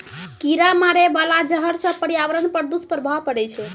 कीरा मारै बाला जहर सँ पर्यावरण पर दुष्प्रभाव पड़ै छै